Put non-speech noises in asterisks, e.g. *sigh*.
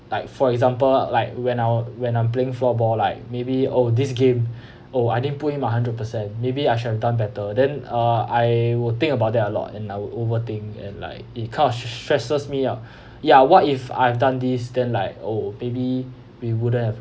like for example like when I when I'm playing floorball like maybe oh this game *breath* oh I didn't put in my hundred percent maybe I should have done better then uh I will think about that a lot and I will overthink and like it cause stresses me out *breath* ya what if I've done this then like oh maybe we wouldn't have